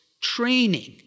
training